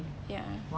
ya